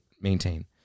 maintain